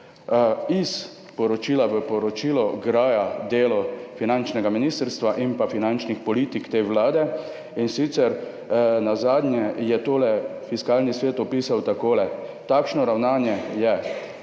iz poročila v poročilo graja delo finančnega ministrstva in finančnih politik te vlade, in sicer je nazadnje Fiskalni svet tole opisal tako: »Takšno ravnanje je